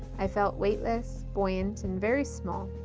i felt weightless, buoyant and very small.